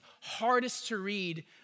hardest-to-read